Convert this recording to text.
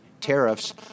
tariffs